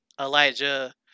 elijah